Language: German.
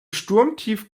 sturmtief